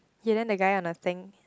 hidden that guy on a thing